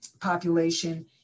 population